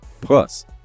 Plus